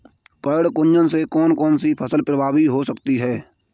पर्ण कुंचन से कौन कौन सी फसल प्रभावित हो सकती है?